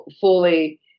Fully